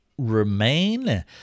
remain